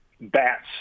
Bats